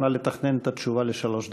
נא לתכנן את התשובה לשלוש דקות.